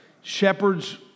shepherds